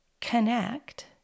connect